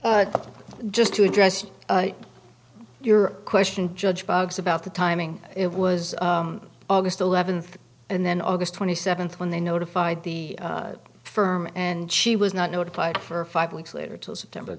rebuttal just to address your question judge bug's about the timing it was august eleventh and then august twenty seventh when they notified the firm and she was not notified for five weeks later to september